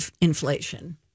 inflation